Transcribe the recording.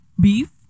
beef